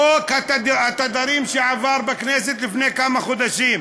חוק התדרים שעבר בכנסת לפני כמה חודשים,